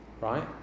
right